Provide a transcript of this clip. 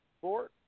four